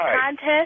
contest